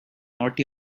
not